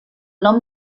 nom